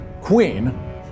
Queen